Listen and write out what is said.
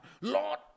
Lord